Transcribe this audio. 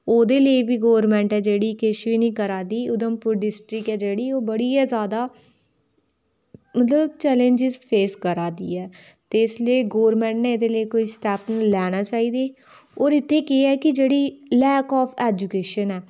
ओह्दे लेई बी गोरमेंट ऐ जेह्ड़ी किश बी नि करा दी उधमपुर डिस्ट्रिक्ट ऐ जेह्ड़ी ओह् बड़ी गै ज़्यादा मतलब चैलेंजेस फेस करै दी ऐ ते इसलेई गोरमेंट नै एह्दे लेई कोई स्टेप लैने चाहिदे होर इत्थै केह् ऐ जे लैक आफ एजुकेशन ऐ